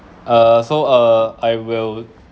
uh so uh I will